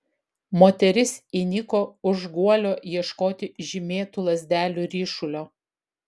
moteris įniko už guolio ieškoti žymėtų lazdelių ryšulio